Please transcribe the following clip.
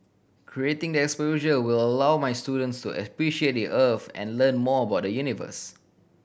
creating the exposure will allow my students to appreciate the Earth and learn more about the universe